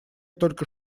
только